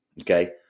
Okay